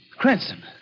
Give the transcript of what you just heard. Cranston